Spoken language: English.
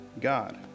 God